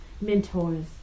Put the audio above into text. mentors